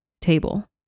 table